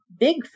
Bigfoot